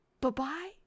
Bye-bye